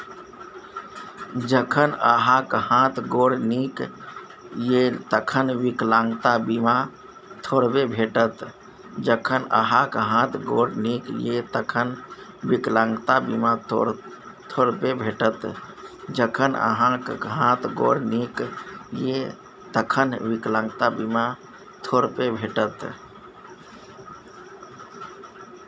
जखन अहाँक हाथ गोर नीक यै तखन विकलांगता बीमा थोड़बे भेटत?